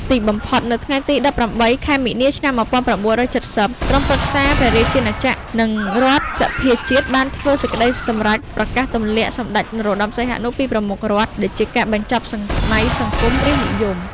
ទីបំផុត នៅថ្ងៃទី ១៨ ខែមីនា ឆ្នាំ ១៩៧០ ក្រុមប្រឹក្សាព្រះរាជាណាចក្រ និងរដ្ឋសភាជាតិបានធ្វើសេចក្ដីសម្រេចប្រកាសទម្លាក់សម្ដេចនរោត្តម សីហនុពីប្រមុខរដ្ឋ ដែលជាការបញ្ចប់សម័យសង្គមរាស្ត្រនិយម។